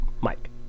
Mike